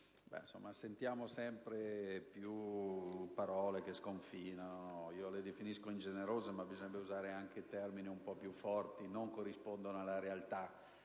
sentiamo sempre più parole che sconfinano; io le definisco ingenerose, ma bisognerebbe usare anche termini un po' più forti: non corrispondono alla realtà.